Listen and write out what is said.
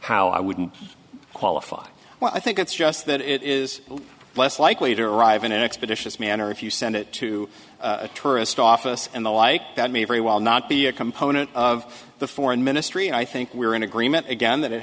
how i wouldn't qualify well i think it's just that it is less like it arrive in an expeditious manner if you send it to a tourist office and the like that may very well not be a component of the foreign ministry i think we're in agreement again that it